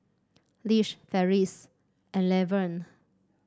Lish Ferris and Levern